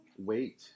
Wait